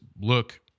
look